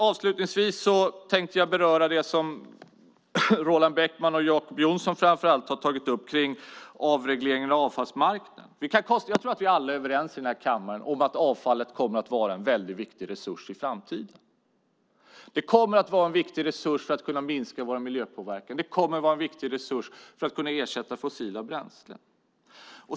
Avslutningsvis tänkte jag beröra det som Roland Bäckman och Jacob Johnson har tagit upp kring avregleringen av avfallsmarknaden. Jag tror att vi alla är överens i den här kammaren om att avfallet kommer att vara en väldigt viktig resurs i framtiden. Det kommer att vara en viktig resurs för att minska vår miljöpåverkan och för att ersätta fossila bränslen.